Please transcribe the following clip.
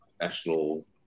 national